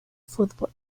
fútbol